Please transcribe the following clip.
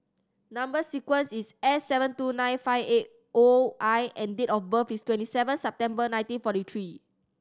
number sequence is S seven two nine five eight O I and date of birth is twenty seven September nineteen forty three